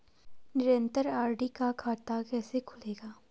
निरन्तर आर.डी का खाता कैसे खुलेगा?